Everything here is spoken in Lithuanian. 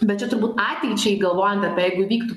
bet čia turbūt ateičiai galvojant apie jeigu įvyktų